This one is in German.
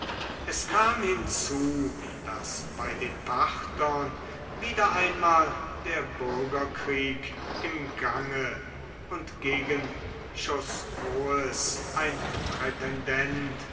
es kam hinzu daß bei den parthern wieder einmal der bürgerkrieg im gange und gegen chosroes ein